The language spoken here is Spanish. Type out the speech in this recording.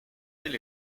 del